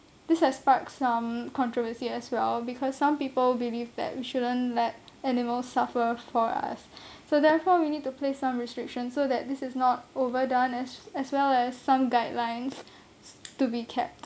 this has sparked some controversy as well because some people believe that we shouldn't let animals suffer for us so therefore we need to place some restrictions so that this is not overdone as as well as some guidelines to be kept